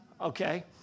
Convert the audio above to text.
okay